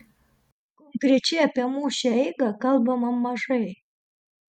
konkrečiai apie mūšio eigą kalbama mažai